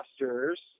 master's